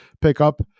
pickup